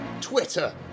Twitter